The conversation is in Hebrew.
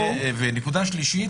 ונקודה שלישית